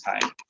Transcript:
time